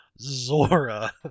Zora